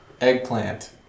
Eggplant